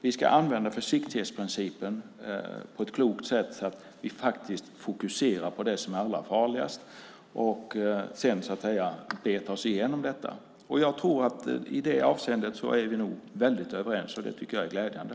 Vi ska använda försiktighetsprincipen på ett klokt sätt så att vi fokuserar på det som är allra farligast och beta oss igenom detta. I det avseendet tror jag att vi är väldigt överens. Det tycker jag är glädjande.